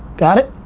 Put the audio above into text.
got it?